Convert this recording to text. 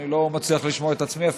אני לא מצליח לשמוע את עצמי אפילו.